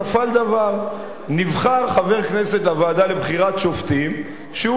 נפל דבר: נבחר לוועדה לבחירת שופטים חבר